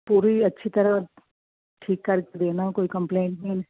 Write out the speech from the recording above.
ਪੂਰੀ ਅੱਛੀ ਤਰ੍ਹਾਂ ਠੀਕ ਕਰਕੇ ਦੇਣਾ ਕੋਈ ਕੰਪਲੇਂਟ ਨਹੀਂ